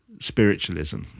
spiritualism